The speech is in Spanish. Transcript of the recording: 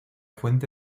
fuente